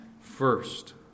first